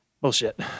Bullshit